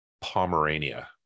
Pomerania